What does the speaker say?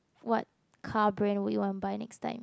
what car brand would you want to buy next time